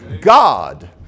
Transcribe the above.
God